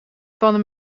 van